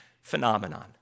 phenomenon